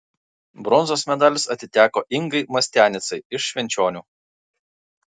bronzos medalis atiteko ingai mastianicai iš švenčionių